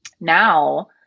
now